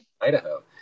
Idaho